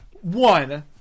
One